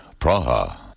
Praha